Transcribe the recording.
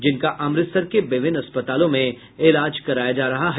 जिनका अमृतसर के विभिन्न अस्पतालों में इलाज कराया जा रहा है